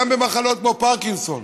גם במחלות כמו פרקינסון,